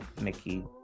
Mickey